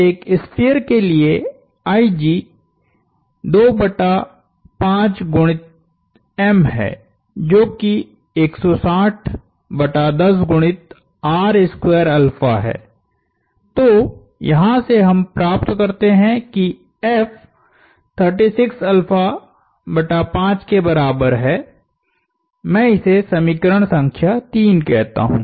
एक स्फीयर के लिए 2 बटा 5 गुणित m है जो कि 160 बटा 10 गुणित है तो यहां से हम प्राप्त करते है कि F 36बटा 5 के बराबर है मैं इसे समीकरण संख्या 3 कहता हूं